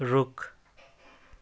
रुख